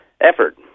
effort